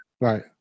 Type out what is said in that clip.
right